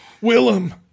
Willem